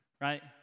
right